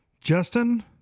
Justin